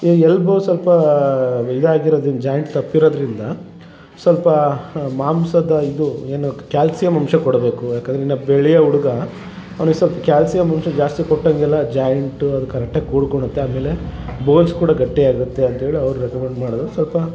ಈ ಎಲ್ಬೋ ಸ್ವಲ್ಪಾ ಇದು ಆಗಿರೋದ್ರಿಂದ ಜಾಯಿಂಟ್ ತಪ್ಪಿರೋದ್ರಿಂದ ಸ್ವಲ್ಪ ಮಾಂಸದ ಇದು ಏನು ಕ್ಯಾಲ್ಸಿಯಮ್ ಅಂಶ ಕೊಡಬೇಕು ಯಾಕಂದ್ರೆ ಇನ್ನು ಬೆಳಿಯೋ ಹುಡುಗ ಅವ್ನಿಗೆ ಸ್ವಲ್ಪ್ ಕ್ಯಾಲ್ಸಿಯಮ್ ಅಂಶ ಜಾಸ್ತಿ ಕೊಟ್ಟಂಗೆಲ್ಲ ಜಾಯಿಂಟು ಅದು ಕರೆಕ್ಟಾಗಿ ಕೂಡ್ಕೊಳ್ಳುತ್ತೆ ಆಮೇಲೆ ಬೋನ್ಸ್ ಕೂಡ ಗಟ್ಟಿ ಆಗುತ್ತೆ ಅಂತೇಳಿ ಅವ್ರು ರೆಕಮಂಡ್ ಮಾಡಿದ್ರು ಸ್ವಲ್ಪ